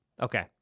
okay